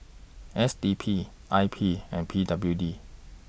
S D P I P and P W D